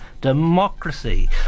democracy